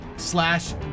Slash